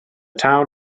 town